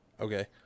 Okay